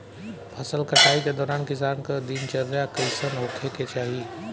फसल कटाई के दौरान किसान क दिनचर्या कईसन होखे के चाही?